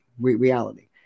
reality